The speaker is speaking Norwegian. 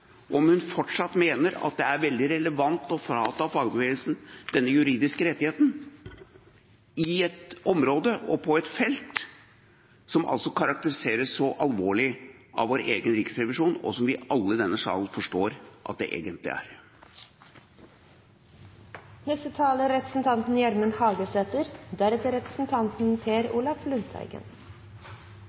om hun fortsatt mener at det er veldig relevant å frata fagbevegelsen denne juridiske rettigheten på et område og på et felt som karakteriseres som så alvorlig av vår egen riksrevisjon, og som alle i denne salen forstår at det egentlig